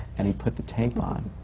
and he put the tape on.